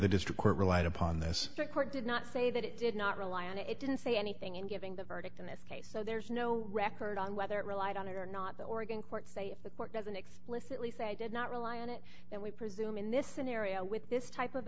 the district court relied upon this court did not say that it did not rely on it it didn't say anything in giving the verdict in this case so there's no record on whether it relied on it or not the oregon court say if the court doesn't explicitly say i did not rely on it then we presume in this scenario with this type of